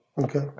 Okay